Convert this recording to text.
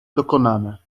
dokonane